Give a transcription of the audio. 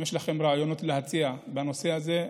אם יש לכם רעיונות להציע בנושא הזה,